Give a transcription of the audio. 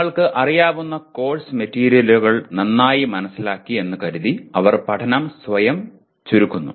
തങ്ങൾക്ക് അറിയാവുന്ന കോഴ്സ് മെറ്റീരിയലുകൾ നന്നായി മനസിലാക്കി എന്ന് കരുതി അവർ പഠന സമയം ചുരുക്കുന്നു